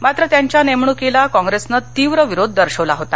मात्र त्यांच्या नेमणूकीला कॉंग्रेसनं तीव्र विरोध दर्शवला होता